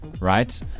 Right